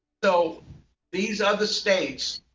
so these other states,